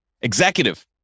executive